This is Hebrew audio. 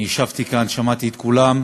אני ישבתי כאן, שמעתי את כולם.